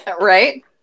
Right